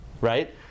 right